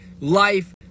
life